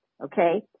Okay